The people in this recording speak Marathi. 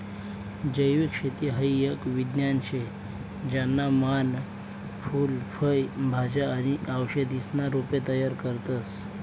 जैविक शेती हाई एक विज्ञान शे ज्याना मान फूल फय भाज्या आणि औषधीसना रोपे तयार करतस